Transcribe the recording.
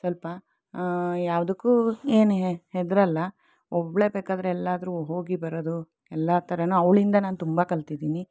ಸ್ವಲ್ಪ ಯಾವುದಕ್ಕೂ ಏನು ಹೆದರಲ್ಲ ಒಬ್ಬಳೇ ಬೇಕಾದರೆ ಎಲ್ಲಾದರೂ ಹೋಗಿ ಬರೋದು ಎಲ್ಲ ಥರನೂ ಅವಳಿಂದ ನಾನು ತುಂಬ ಕಲ್ತಿದ್ದೀನಿ